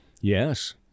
Yes